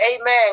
amen